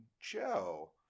joe